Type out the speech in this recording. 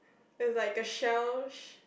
there's like a shell sh~